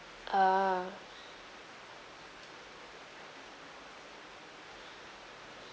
uh